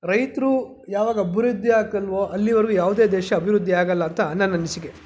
ರೈತರು ಯಾವಾಗ ಅಭಿವೃದ್ಧಿಯಾಗಲ್ವೋ ಅಲ್ಲಿವರೆಗೂ ಯಾವುದೇ ದೇಶ ಅಭಿವೃದ್ಧಿಯಾಗಲ್ಲ ಅಂತ ನನ್ನ ಅನಿಸಿಕೆ